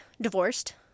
Divorced